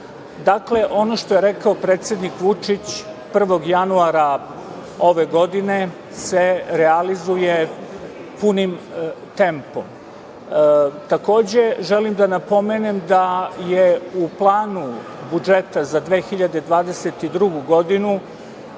Dakle, ono što je rekao predsednik Vučić 1. januara ove godine se realizuje punim tempom. Želim da napomenem da je u planu budžeta za 2022. godinu